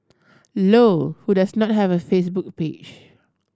low who does not have a Facebook page